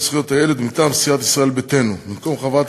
לזכויות הילד מטעם סיעת ישראל ביתנו: במקום חברת